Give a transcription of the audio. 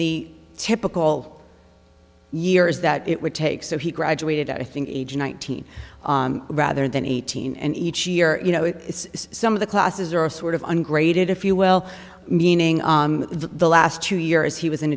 the typical years that it would take so he graduated i think age nineteen rather than eighteen and each year you know it's some of the classes are sort of ungraded if you well meaning the last two years he was in